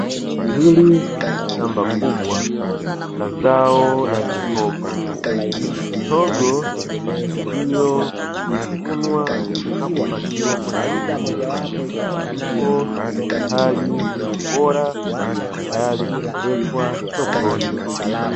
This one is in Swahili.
Hili ni shamba kubwa la zao la mihogo, mihogo iliyovunwa na kupakiwa kwenye magunia ipo katika hali ya ubora na tayari kupelekwa sokoni.